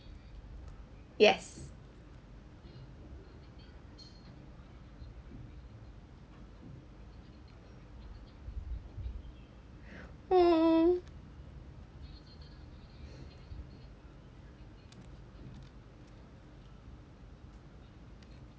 yes oh